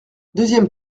deuxième